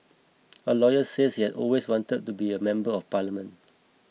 a lawyer says that he always wanted to be a member of parliament